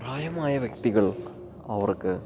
പ്രായമായ വ്യക്തികൾ അവർക്ക്